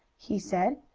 he said.